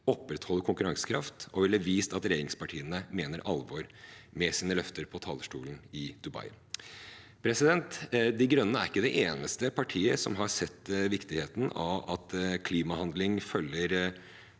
opprettholde konkurransekraft, og det ville vist at regjeringspartiene mener alvor med sine løfter på talerstolen i Dubai. De Grønne er ikke det eneste partiet som har sett viktigheten av at klimahandling følger